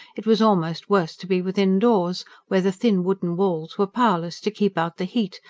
it was almost worse to be within doors, where the thin wooden walls were powerless to keep out the heat,